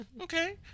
Okay